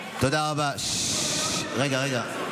זה שאלה של להעביר סמכויות לגורמים פוליטיים,